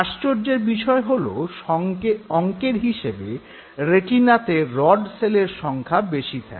আশ্চর্যের বিষয় হল অংকের হিসেবে রেটিনাতে রড সেলের সংখ্যা বেশি থাকে